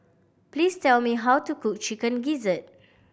please tell me how to cook Chicken Gizzard